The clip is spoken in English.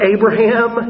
Abraham